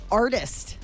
artist